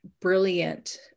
brilliant